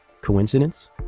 Coincidence